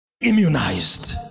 Immunized